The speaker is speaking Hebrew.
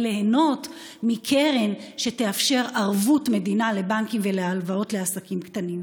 ליהנות מקרן שתאפשר ערבות מדינה לבנקים ולהלוואות לעסקים קטנים.